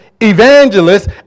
evangelists